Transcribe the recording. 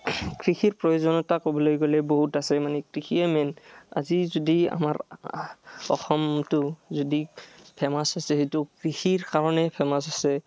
কৃষিৰ প্ৰয়োজনতা ক'বলৈ গ'লে বহুত আছে মানে কৃষিয়ে মেইন আজি যদি আমাৰ অসমটো যদি ফেমাচ হৈছে সেইটো কৃষিৰ কাৰণে ফেমাচ হৈছে